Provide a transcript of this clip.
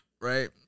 right